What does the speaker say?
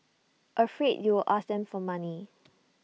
afraid you'll ask them for money